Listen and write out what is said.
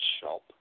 shop